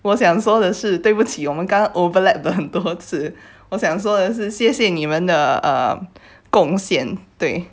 我想说的是对不起我们刚 overlap 很多次我想说的是谢谢你们的贡献对